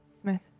Smith